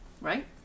right